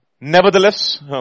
Nevertheless